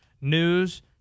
news